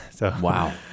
Wow